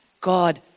God